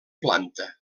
planta